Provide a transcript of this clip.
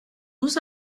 nous